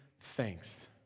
thanks